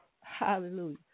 Hallelujah